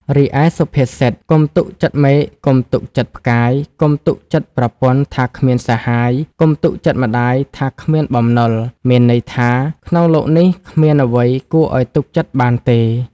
រីឯសុភាសិត កុំទុកចិត្តមេឃកុំទុកចិត្តផ្កាយ កុំទុកចិត្តប្រពន្ធថាគ្មានសាហាយ កុំទុកចិត្តម្ដាយថាគ្មានបំណុល មានន័យថា៖ ក្នុងលោកនេះគ្មានអ្វីគួរឲ្យទុកចិត្តបានទេ ។